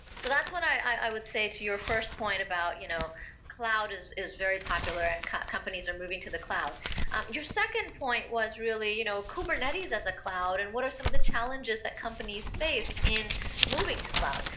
so that's what i would say to your first point about you know cloud is is very popular and companies are moving to the cloud your second point was really you know kubernetes as a cloud and what are some of the challenges that companies face in moving to cloud.